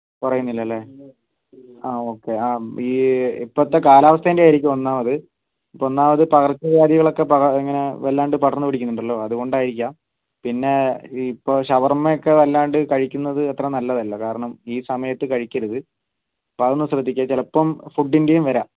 കുറയുന്നില്ല അല്ലേ ആ ഓക്കെ ആ ഈ ഇപ്പോഴത്തെ കാലാവസ്ഥേൻ്റെ ആയിരിക്കും ഒന്നാമത് ഇപ്പോൾ ഒന്നാമത് പകർച്ച വ്യാധികളൊക്കെ ഇങ്ങനെ വല്ലാണ്ട് പടർന്ന് പിടിക്കുന്നുണ്ടല്ലോ അതുകൊണ്ട് ആയിരിക്കാം പിന്നെ ഇപ്പോൾ ഷവർമ ഒക്കെ വല്ലാണ്ട് കഴിക്കുന്നത് അത്ര നല്ലതല്ല കാരണം ഈ സമയത്തു കഴിക്കരുത് അപ്പോൾ അതൊന്ന് ശ്രദ്ധിക്കുക ചിലപ്പം ഫുഡിൻ്റെയും വരാം